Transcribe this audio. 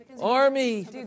Army